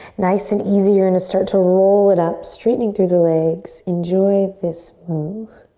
nice and easy you're gonna start to roll it up, straightening through the legs. enjoy this move.